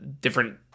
different